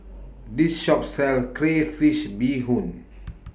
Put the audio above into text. This Shop sells Crayfish Beehoon